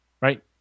right